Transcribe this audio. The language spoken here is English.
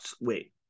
wait